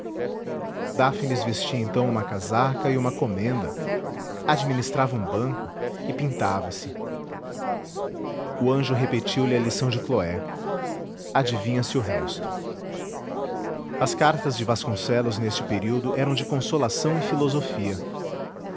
dáfnis vestia então uma casaca e uma comenda administrava um banco e pintava se o anjo repetiu-lhe a lição de cloé adivinha-se o resto as cartas de vasconcelos neste período eram de consolação e filosofia